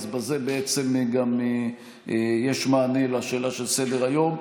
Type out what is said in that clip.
בזה גם יש מענה על השאלה על סדר-היום.